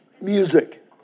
Music